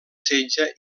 setge